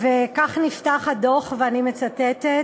וכך נפתח הדוח, ואני מצטטת: